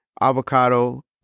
avocado